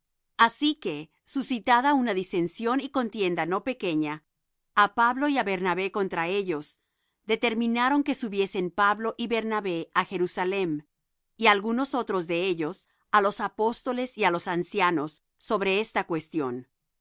así que suscitada una disensión y contienda no pequeña á pablo y á bernabé contra ellos determinaron que subiesen pablo y bernabé á jerusalem y algunos otros de ellos á los apóstoles y á los ancianos sobre esta cuestión